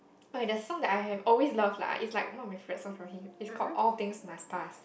okay the song that I have always loved lah it's like one of my favourite songs it's called all things must pass